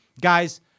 Guys